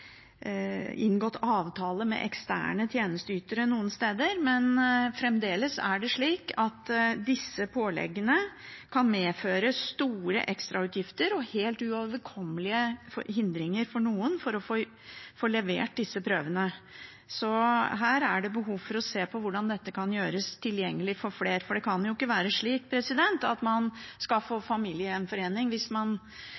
inngått avtale med eksterne tjenesteytere. Men fremdeles er det slik at disse påleggene for noen kan medføre store ekstrautgifter og helt uoverkommelige hindringer for å få levert disse prøvene. Så her er det behov for å se på hvordan dette kan gjøres tilgjengelig for flere, for det kan ikke være slik at man skal